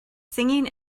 singing